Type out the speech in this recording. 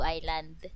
Island